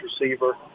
receiver